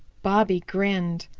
bobby grinned.